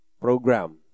program